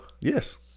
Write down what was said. yes